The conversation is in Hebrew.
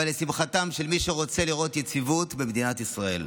אבל לשמחתם של מי שרוצים לראות יציבות במדינת ישראל.